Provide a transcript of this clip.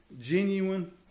genuine